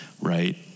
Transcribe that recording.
right